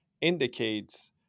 indicates